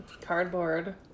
cardboard